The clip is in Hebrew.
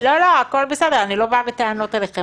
ההסדר הנורבגי הישראלי הזה,